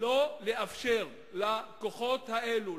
לא לאפשר לכוחות האלו,